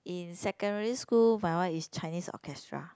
in secondary school my one is Chinese Orchestra